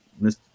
Miss